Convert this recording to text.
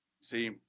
See